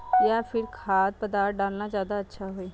या फिर खाद्य पदार्थ डालना ज्यादा अच्छा होई?